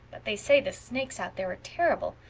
but they say the snakes out there are terrible.